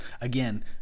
again